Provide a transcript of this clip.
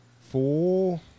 Four